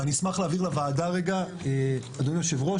ואני אשמח להעביר לוועדה אדוני היו"ר,